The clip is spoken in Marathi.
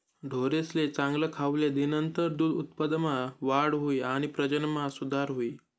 ढोरेसले चांगल खावले दिनतर दूध उत्पादनमा वाढ हुई आणि प्रजनन मा भी सुधार हुई